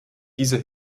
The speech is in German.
dieser